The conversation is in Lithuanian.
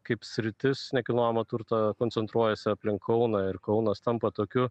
kaip sritis nekilnojamo turto koncentruojasi aplink kauną ir kaunas tampa tokiu